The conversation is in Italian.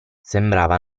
sembrava